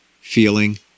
Feeling